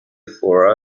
for